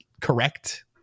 correct